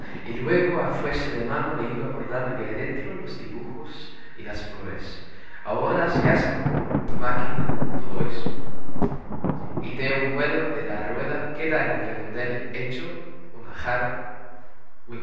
y luego a fuerza de mano le iba bordando de adentro los dibujos y las flores ahora se hace con maquina todo eso y de un vuelo de la rueda queda el redondel hecho un jarro